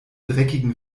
dreckigen